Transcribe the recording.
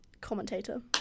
commentator